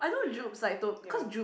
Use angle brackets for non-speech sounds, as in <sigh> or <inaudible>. <breath> ya